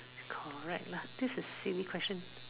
correct lah this is silly question